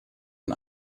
den